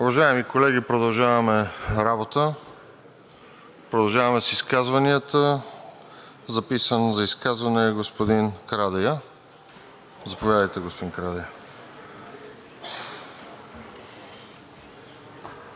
Уважаеми колеги, продължаваме работата. Продължаваме с изказванията. Записан за изказване е господин Карадайъ. Заповядайте, господин Карадайъ.